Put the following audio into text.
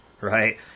right